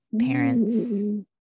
parents